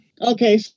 Okay